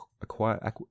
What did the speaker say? Acquire-